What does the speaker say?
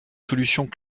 solutions